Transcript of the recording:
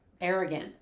arrogant